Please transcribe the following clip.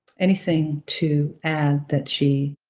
anything to add that she